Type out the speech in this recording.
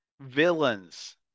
villains